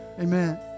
Amen